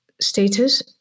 status